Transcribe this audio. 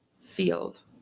field